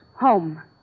Home